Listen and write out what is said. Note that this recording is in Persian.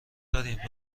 داریم